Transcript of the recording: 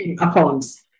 accounts